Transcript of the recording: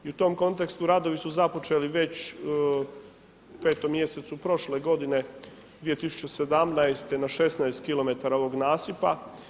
I u tom kontekstu radovi za započeli već u 5. mjesecu prošle godine 2017. na 16km ovog nasipa.